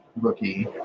rookie